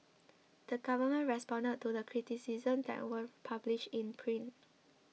the government responded to the criticisms that were published in print